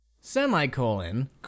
semicolon